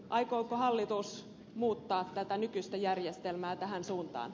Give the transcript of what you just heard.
aikooko hallitus muuttaa tätä nykyistä järjestelmää tähän suuntaan